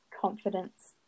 confidence